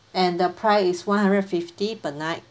and the price is one hundred and fifty per night